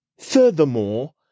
Furthermore